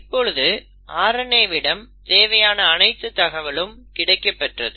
இப்பொழுது RNA விடம் தேவையான அனைத்து தகவலும் கிடைக்கப்பெற்றது